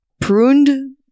pruned